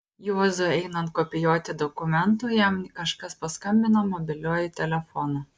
juozui einant kopijuoti dokumentų jam kažkas paskambino mobiliuoju telefonu